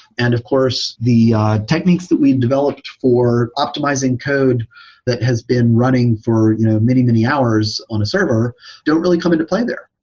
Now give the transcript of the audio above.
and of course, the techniques that we've developed for optimizing code that has been running for many, many hours on a server don't really come into play there,